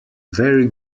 very